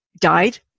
died